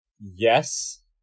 Yes